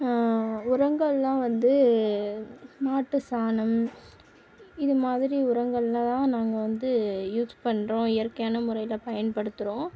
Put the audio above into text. உரங்கள்லா வந்து மாட்டு சாணம் இது மாதிரி உரங்களில் தான் நாங்கள் வந்து யூஸ் பண்ணுறோம் இயற்கையான முறையில் பயன்படுத்துகிறோம்